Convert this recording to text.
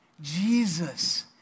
Jesus